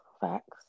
facts